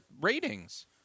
ratings